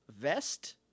vest